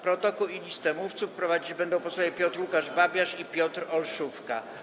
Protokół i listę mówców prowadzić będą posłowie Piotr Łukasz Babiarz i Piotr Olszówka.